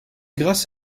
grâce